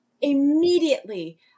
immediately